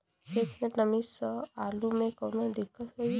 खेत मे नमी स आलू मे कऊनो दिक्कत होई?